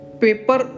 paper